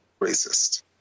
Racist